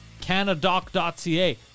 canadoc.ca